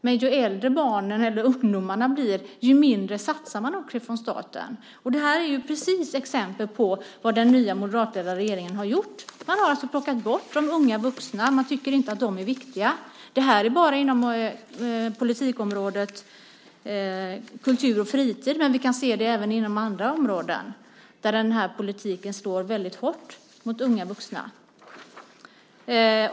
Men ju äldre ungdomarna blir desto mindre satsar staten. Det här är ju precis exempel på vad den nya moderatledda regeringen har gjort. Man har alltså plockat bort de unga vuxna. Man tycker inte att de är viktiga. Det här är bara inom politikområdet Kultur och fritid, men vi kan även inom andra områden se att den här politiken slår väldigt hårt mot unga vuxna.